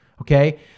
okay